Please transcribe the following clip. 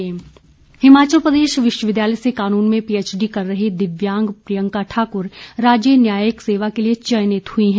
न्यायिक सेवा हिमाचल प्रदेश विश्वविद्यालय से कानून में पीएचडी कर रही दिव्यांग प्रियंका ठाक्र राज्य न्यायिक सेवा के लिए चयनित हुई हैं